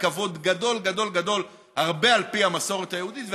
ואנחנו עושים לה כבוד גדול הרבה על פי המסורת היהודית,